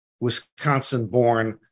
Wisconsin-born